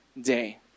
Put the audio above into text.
day